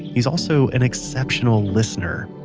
he's also an exceptional listener,